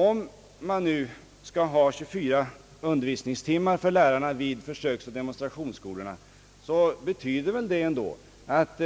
Om man nu skall införa 24 undervisningstimmar för lärarna vid försöksoch demonstrationsskolorna, betyder det väl ändå att